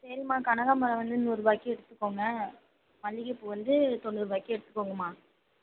சரிமா கனகாம்பரம் வந்து நூறு ரூபாய்க்கு எடுத்துக்கோங்க மல்லிகைப்பூ வந்து தொண்ணூறு ரூபாய்க்கு எடுத்துக்கோங்கம்மா